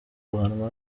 guhanwa